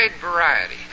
variety